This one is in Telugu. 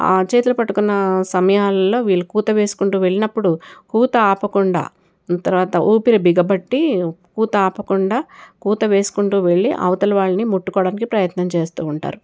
చేతులు పట్టుకున్న సమయాల్లో వీళ్ళు కూత వేసుకుంటూ వెళ్ళినప్పుడు కూత ఆపకుండా తర్వాత ఊపిరి బిగబెట్ట కూత ఆపకుండా కూత వేసుకుంట వెళ్ళి అవతల వాళ్ళని ముట్టుకోవడానికి ప్రయత్నం చేస్తూ ఉంటారు